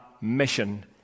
mission